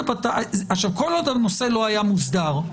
כל עוד הנושא לא היה מוסדר,